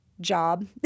job